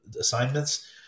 assignments